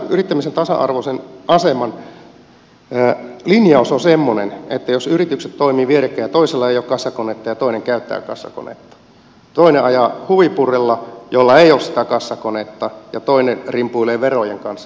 yrittämisen tasa arvoisen aseman linjaus on semmoinen että jos yritykset toimivat vierekkäin ja toisella ei ole kassakonetta ja toinen käyttää kassakonetta toinen jolla ei ole sitä kassakonetta ajaa huvipurrella ja toinen kenellä on se kassakone rimpuilee verojen kanssa